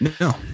No